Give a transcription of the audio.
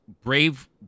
Brave